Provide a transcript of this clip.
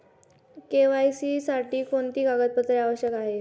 KYC साठी कोणती कागदपत्रे आवश्यक आहेत?